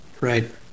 Right